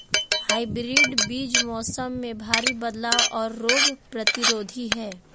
hybrid बीज मौसम में भारी बदलाव और रोग प्रतिरोधी हैं